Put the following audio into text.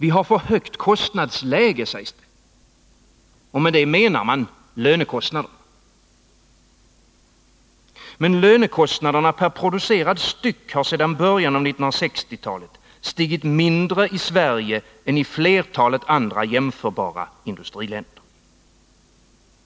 Vi har för högt kostnadsläge, sägs det, och därmed menas lönekostnaderna. Men lönekostnaderna per producerad styck har sedan början av 1960-talet stigit mindre i Sverige än i andra jämförbara industriländer.